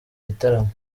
gitaramo